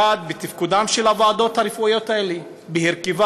1. בתפקודן של הוועדות הרפואיות האלה ובהרכבן.